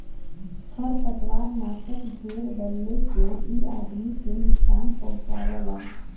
खरपतवारनाशक ढेर डलले से इ आदमी के नुकसान पहुँचावला